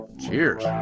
Cheers